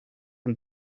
and